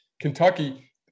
Kentucky